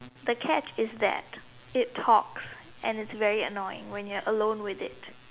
the catch is that it talks and it's very annoying when you are alone with it